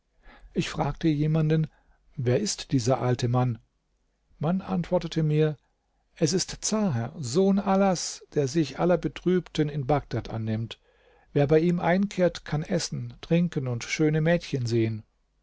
ich fragte jemanden wer ist dieser alte mann man antwortete mir es ist zaher sohn alas der sich aller betrübten in bagdad annimmt wer bei ihm einkehrt kann essen trinken und schöne mädchen sehen